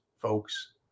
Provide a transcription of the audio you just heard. folks